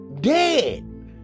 dead